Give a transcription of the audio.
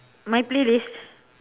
my playlist